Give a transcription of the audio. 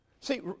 See